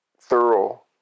thorough